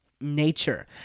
nature